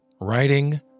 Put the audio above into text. writing